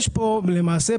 למעשה,